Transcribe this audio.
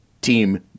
team